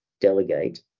Delegate